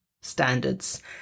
standards